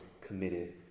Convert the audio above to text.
committed